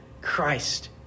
Christ